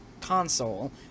console